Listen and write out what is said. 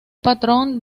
patrón